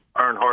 Earnhardt